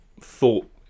thought